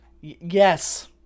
Yes